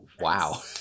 Wow